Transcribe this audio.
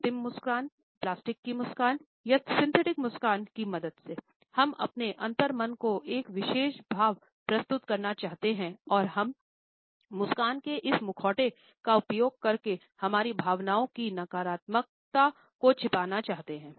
कृत्रिम मुस्कान प्लास्टिक की मुस्कान या सिंथेटिक मुस्कुराहट की मदद से हम अपने अंतर्मन को एक विशेष भाव प्रस्तुत करना चाहते हैं और हम मुस्कान के इस मुखौटे का उपयोग करके हमारी भावनाओं की नकारात्मकता को छिपाना चाहते हैं